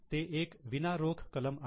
ते एक विना रोख कलम आहे